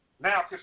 Now